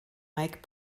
mike